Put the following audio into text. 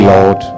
Lord